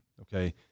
Okay